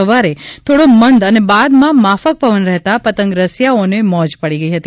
સવારે થોડો મંદ અને બાદમાં માફક પવન રહેતા પતંગ રસિયાઓને મોજ પડી ગઇ હતી